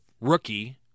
rookie